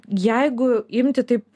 jeigu imti taip